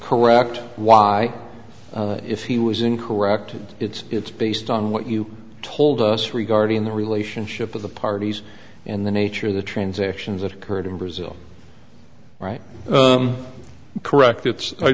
correct why if he was incorrect it's it's based on what you told us regarding the relationship of the parties and the nature of the transactions that occurred in brazil right correct it's